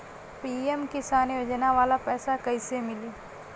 PM Kisan योजना वाला पैसा कईसे मिली?